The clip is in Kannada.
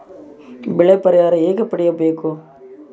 ಬೆಳೆ ಪರಿಹಾರ ಹೇಗೆ ಪಡಿಬೇಕು?